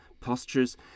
postures